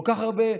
כל כך הרבה?